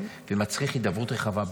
זה מצריך הידברות רחבה,